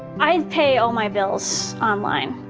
i pay all my bills online.